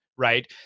Right